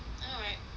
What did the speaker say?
I know right